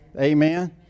Amen